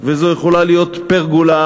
וזו יכולה להיות פרגולה,